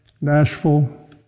Nashville